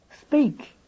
speak